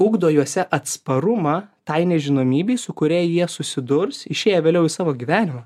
ugdo juose atsparumą tai nežinomybei su kuria jie jie susidurs išėję vėliau į savo gyvenimą